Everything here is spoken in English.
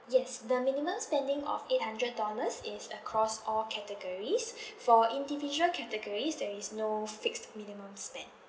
yes the minimum spending of eight hundred dollars is across all categories for individual categories there is no fixed minimum spend